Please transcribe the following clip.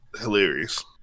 hilarious